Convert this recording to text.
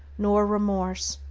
nor remorse,